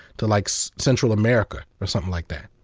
to like so central america or something like that.